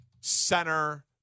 Center